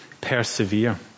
persevere